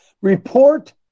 Report